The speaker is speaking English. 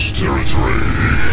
territory